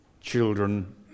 children